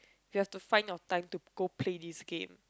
you have to find your time to go play this game